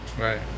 Right